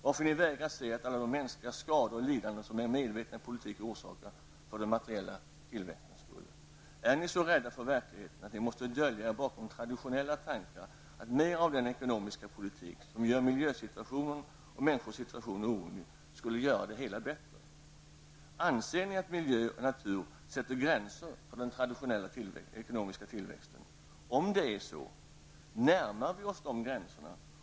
Varför vägrar ni att se alla de mänskliga skador och lidanden som er medvetna politik orsakar för den materiella tillväxtens skull? Är ni så rädda för verkligheten att ni måste dölja er bakom tradtionella tankar att mera av den ekonomiska politik som gör miljösituationen och människors situation orimlig, skulle göra det hela bättre? Anser ni att miljö och natur sätter gränser för den traditionella ekonomiska tillväxten? Om det är så, närmar vi oss dessa gränser?